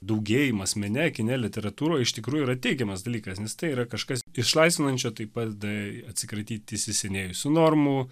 daugėjimas mene kine literatūroje iš tikrųjų yra teigiamas dalykas nes tai yra kažkas išlaisvinančio tai padeda atsikratyti įsisenėjusių normų